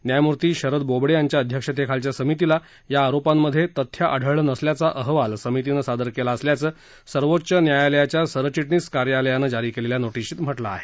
न्यायमूर्ती शरद बोबडे यांच्या अध्यक्षतेखालच्या समितीला या आरोपात तथ्य आढळलं नसल्याचा अहवाल समितीनं सादर केला असल्याचं सर्वोच्च न्यायालयाच्या सरचिटणीस कार्यालयानं जारी केलेल्या नोटिशीत म्हटलं आहे